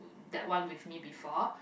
that one with me before